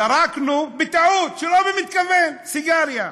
זרקנו בטעות, שלא במתכוון, סיגריה,